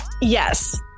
Yes